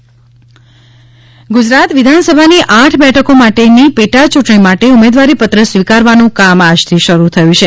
પેટા ચૂંટણી ગુજરાત વિધાનસભાની આઠ બેઠકો માટેની પેટા ચૂંટણી માટે ઉમેદવારી પત્ર સ્વીકાર નું કામ આજ થી શરૂ થયું છે